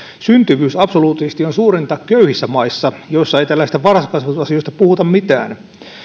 syntyvyys absoluuttisesti on suurinta köyhissä maissa joissa ei tällaisista varhaiskasvatusasioista puhuta mitään